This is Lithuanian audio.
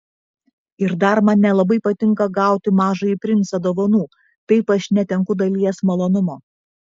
ir dar man nelabai patinka gauti mažąjį princą dovanų taip aš netenku dalies malonumo